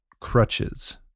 crutches